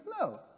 No